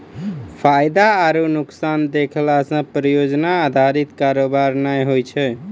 फायदा आरु नुकसान देखला से परियोजना अधारित कारोबार नै होय छै